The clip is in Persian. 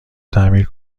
تعمیر